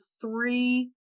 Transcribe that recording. three